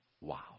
Wow